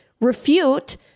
refute